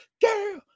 girl